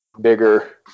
bigger